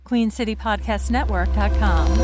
queencitypodcastnetwork.com